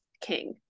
king